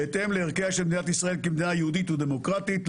בהתאם לערכיה של מדינת ישראל כמדינה יהודית ודמוקרטית,